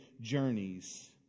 journeys